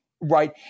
right